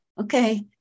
okay